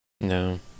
no